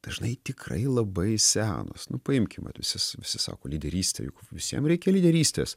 dažnai tikrai labai senos nu paimkim vat visi visi sako lyderystė juk visiem reikia lyderystės